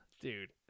dude